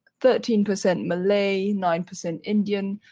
thirteen percent malay, nine percent indian,